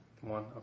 One